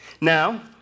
Now